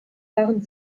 waren